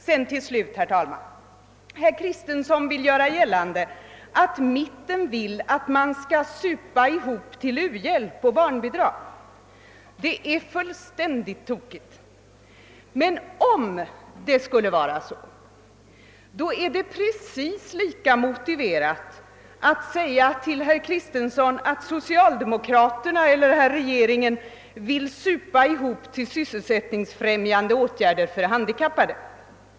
Herr Kristenson vill också göra gällande att mitten vill att man skall supa ihop till u-hjälp och barnbidrag. Det är fullständigt tokigt. Men om det skulle vara så, är det precis lika motiverat att säga till herr Kristenson att socialdemokraterna eller regeringen vill supa ihop till sysselsättningsfrämjande åtgärder för de handikappade.